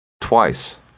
Twice